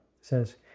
says